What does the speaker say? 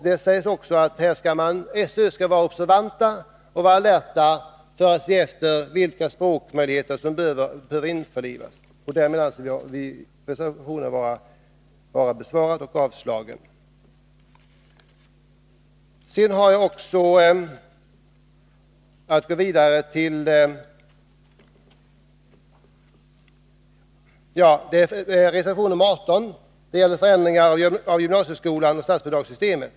Utskottet framhåller dessutom att SÖ skall vara observant när det gäller vilka ytterligare språk som kan behöva införlivas i undervisningen, och med detta har utskottet avstyrkt de aktuella motionskraven. Reservation 18 gäller förändringar av gymnasieskolan och statsbidragssystemet.